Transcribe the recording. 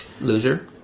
Loser